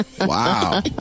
Wow